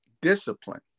discipline